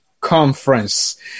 Conference